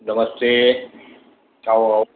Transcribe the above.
નમસ્તે આવો આવો